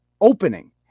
opening